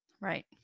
Right